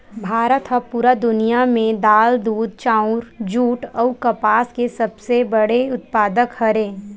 भारत हा पूरा दुनिया में दाल, दूध, चाउर, जुट अउ कपास के सबसे बड़े उत्पादक हरे